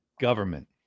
government